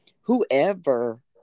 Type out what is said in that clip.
whoever